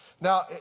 Now